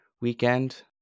weekend